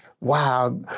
Wow